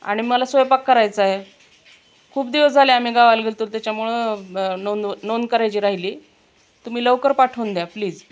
आणि मला स्वयंपाक करायचा आहे खूप दिवस झाले आम्ही गावाला गेलो होतो तर त्याच्यामुळं नोंद नोंद करायची राहिली तुम्ही लवकर पाठवून द्या प्लीज